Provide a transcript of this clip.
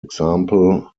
example